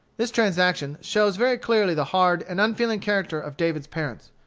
this transaction shows very clearly the hard and unfeeling character of david's parents.